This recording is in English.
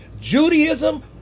Judaism